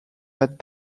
that